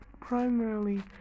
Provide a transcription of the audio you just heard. primarily